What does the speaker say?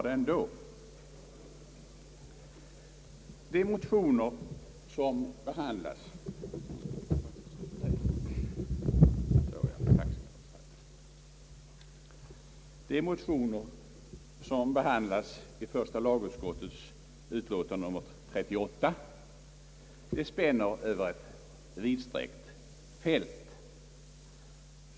De motioner som behandlas i första lagutskottets utlåtande nr 38 spänner över ett vidsträckt fält.